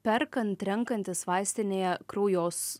perkant renkantis vaistinėje kraujos